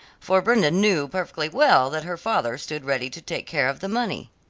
for brenda knew perfectly well that her father stood ready to take care of the money.